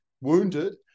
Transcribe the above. wounded